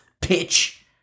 pitch